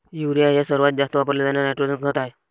urea हे सर्वात जास्त वापरले जाणारे नायट्रोजन खत आहे